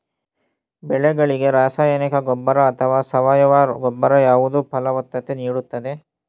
ಬೆಳೆಗಳಿಗೆ ರಾಸಾಯನಿಕ ಗೊಬ್ಬರ ಅಥವಾ ಸಾವಯವ ಗೊಬ್ಬರ ಯಾವುದು ಫಲವತ್ತತೆ ನೀಡುತ್ತದೆ?